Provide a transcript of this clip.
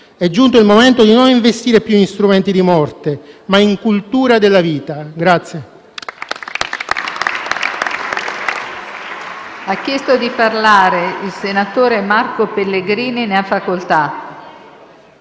È giunto il momento di non investire più in strumenti di morte, ma in cultura della vita.